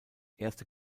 erste